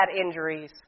injuries